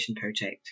project